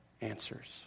answers